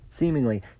Seemingly